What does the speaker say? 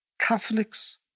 Catholics